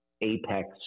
apex